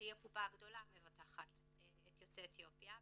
שהיא הקופה הגדולה המבטחת את יוצאי אתיופיה,